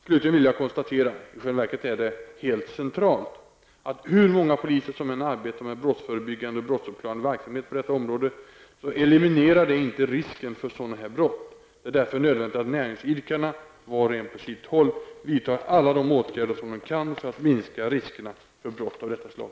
Slutligen vill jag konstatera -- i själva verket är det helt centralt -- att hur många poliser som än arbetar med brottsförebyggande och brottsuppklarande verksamhet på detta område, så eliminerar det inte risken för sådana här brott. Det är därför nödvändigt att näringsidkarna -- var och en på sitt håll -- vidtar alla de åtgärder som de kan för att minska riskerna för brott av detta slag.